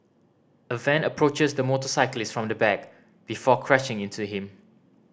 a van approaches the motorcyclist from the back before crashing into him